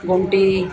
गुमटी